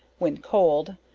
when cold,